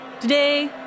Today